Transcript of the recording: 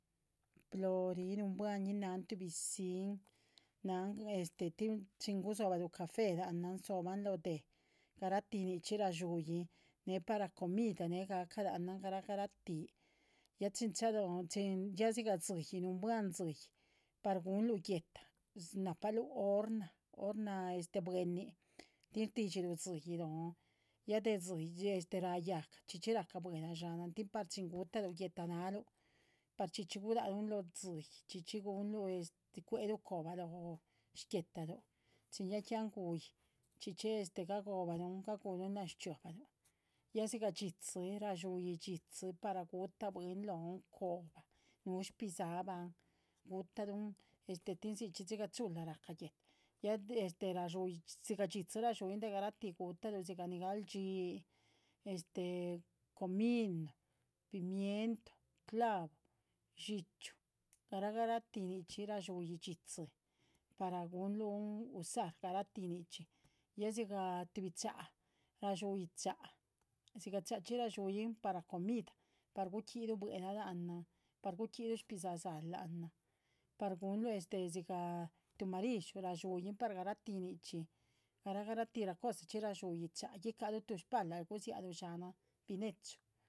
Plorí nuunbuahñin nan tu bisín, nan tin chin guzobaru café la´nanh zoban loh deh garati nicxhi rasxhuiin ne para comida neh gacá la´nanh garati. ya dzíyih nuunbuahñin par gunlu guéhta del naparu ornna buenin tin sticxhilu dzíyih lonh ya raa yagha cxhíchi raca bue´lah sxhnaan tin par chxín gu´tahlu guéhta náaru par chxíchi gularún loh dzíyih, chxíchi cuerú cóhbaa loh squéhtalu, chin ya que anh guíi chxíchi gaghobarun gagurún lanh rohbaru. ya siga dxídzi rasxhuín par gu´tah buiin lonh coba, nu shpisaban, gu´tarun tin shixhí siga chula guiría guéhta, ya dxídzi rasxhuín de gadxeti gutalu dhxin, este comino, pimiento, clava dxíchyu garah ti nixchi ra´dxuyin dxídzi par gunlun usar. ya siga shcha ra´dxuyin par comida, par guquiru buela lanah, par guquiru bidza´h saa, par gunlu marishu del gunlu lananh. ra´dxuyin par garati nixchí, guicarú tus palaru gusiarú lanah binechu